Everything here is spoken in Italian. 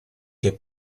che